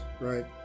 right